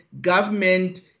government